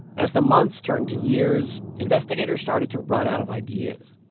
as the months turned to years, investigators started to run out of ideas.